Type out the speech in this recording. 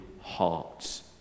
hearts